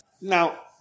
Now